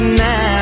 now